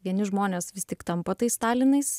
vieni žmonės vis tik tampa tais stalinais